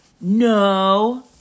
no